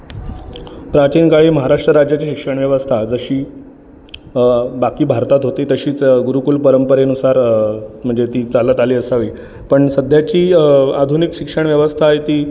प्राचीन काळी महाराष्ट्र राज्याची शिक्षण व्यवस्था जशी अ बाकी भारतात होती तशीच गुरुकुल परंपरेनुसार अ म्हणजे ती चालत आली असावी पण सध्याची आधुनिक शिक्षण व्यवस्था आहे ती